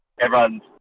everyone's